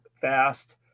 fast